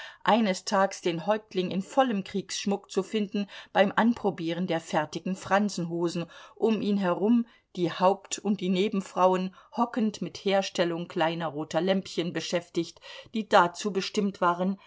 eines tags den häuptling in vollem kriegsschmuck zu finden beim anprobieren der fertigen fransenhosen um ihn herum die haupt und die nebenfrauen hockend mit herstellung kleiner roter lämpchen beschäftigt die dazu bestimmt waren